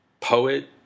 poet